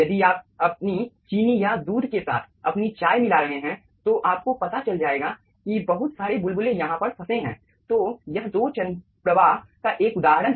यदि आप अपनी चीनी या दूध के साथ अपनी चाय मिला रहे हैं तो आपको पता चल जाएगा कि बहुत सारे बुलबुले यहां पर फंसे हैं तो यह दो चरण प्रवाह का एक उदाहरण है